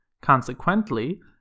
Consequently